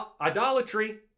Idolatry